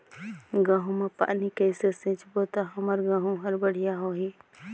गहूं म पानी कइसे सिंचबो ता हमर गहूं हर बढ़िया होही?